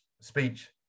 speech